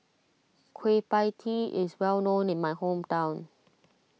Kueh Pie Tee is well known in my hometown